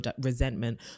resentment